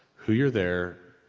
who you're there.